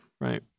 Right